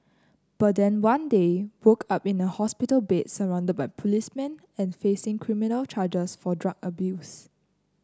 but then one day woke up in a hospital bed surrounded by policemen and facing criminal charges for drug abuse